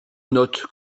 note